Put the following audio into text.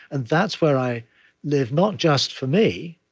and that's where i live not just for me,